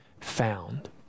found